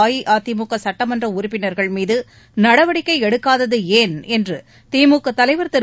அஇஅதிமுக சுட்டமன்ற உறுப்பினர்கள்மீது நடவடிக்கை எடுக்காதது ஏன் என்று திமுக தலைவர் திரு